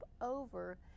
over